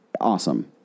awesome